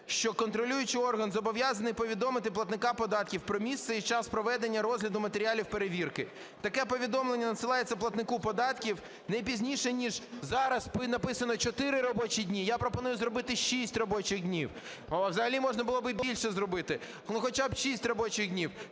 що контролюючий орган зобов'язаний повідомити платника податків про місце і час проведення розгляду матеріалів перевірки. Таке повідомлення надсилається платнику податків не пізніше, ніж… зараз написано - 4 робочі дні, я пропоную зробити 6 робочих днів. Взагалі можна було б і більше зробити. Ну, хоча би 6 робочих днів.